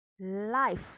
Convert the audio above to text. life